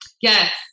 Yes